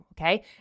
Okay